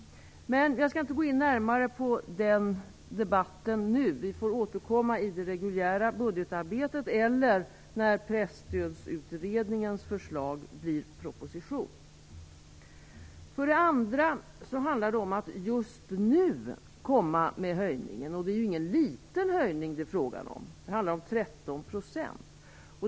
Jag skall inte gå in närmare på den debatten nu. Vi får återkomma i det reguljära budgetarbetet eller när För det andra handlar det om att just nu komma med höjningen, och det är inte någon liten höjningen det är fråga om. Det handlar om 13 %.